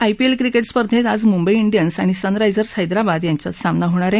IPL cricket स्पर्धेत आज Mumbai Indians आणि सनरायजर्स हैदराबाद यांच्यात सामना होणार आहे